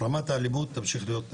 רמת האלימות תמשיך להיות למעלה.